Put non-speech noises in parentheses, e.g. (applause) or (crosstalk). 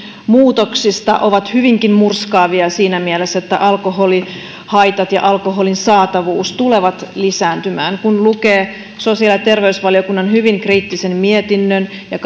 muutoksista ovat hyvinkin murskaavia siinä mielessä että alkoholihaitat ja alkoholin saatavuus tulevat lisääntymään kun lukee sosiaali ja terveysvaliokunnan hyvin kriittisen mietinnön ja (unintelligible)